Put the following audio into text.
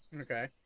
Okay